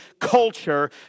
culture